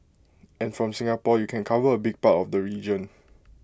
and from Singapore you can cover A big part of the region